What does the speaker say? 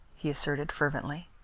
he assented fervently.